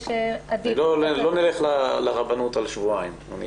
לא נלך לרבנות על שבועיים.